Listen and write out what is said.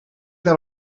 naar